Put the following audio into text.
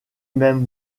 même